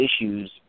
issues